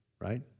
Right